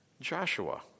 Joshua